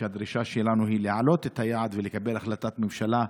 הדרישה שלנו היא להעלות את היעד ולקבל החלטת ממשלה,